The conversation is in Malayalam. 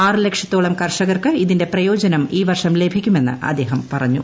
ആറ് ലക്ഷത്തോളം കർഷകർക്ക് ഇതിന്റെ പ്രയോജനം ഈ വർഷം ലഭിക്കുമെന്ന് അദ്ദേഹം പറഞ്ഞു